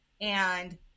And-